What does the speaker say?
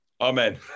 amen